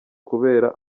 kubera